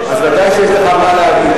ודאי שיש לך מה להגיד.